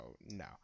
no